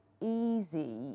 easy